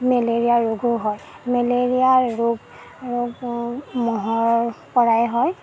malaria ৰোগো হয় malaria ৰোগ মহৰপৰাই হয়